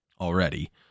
already